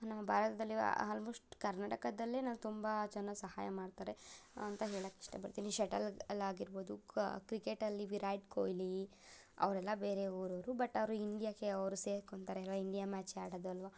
ನಮ್ಮ ಭಾರತ್ದಲ್ಲಿವ ಆಲ್ಮೋಸ್ಟ್ ಕರ್ನಾಟಕದಲ್ಲೇ ನಾವು ತುಂಬ ಜನ ಸಹಾಯ ಮಾಡ್ತಾರೆ ಅಂತ ಹೇಳಕ್ಕೆ ಇಷ್ಟಪಡ್ತೀನಿ ಶೆಟಲಲ್ಲಾಗಿರ್ಬೋದು ಕ ಕ್ರಿಕೆಟಲ್ಲಿ ವಿರಾಟ್ ಕೊಹ್ಲಿ ಅವರೆಲ್ಲ ಬೇರೆ ಊರವರು ಬಟ್ ಅವರು ಇಂಡ್ಯಾಗೆ ಅವರು ಸೇರ್ಕೊತಾರೆ ಅಲ್ಲವಾ ಇಂಡ್ಯಾ ಮ್ಯಾಚೇ ಆಡೋದಲ್ಲವಾ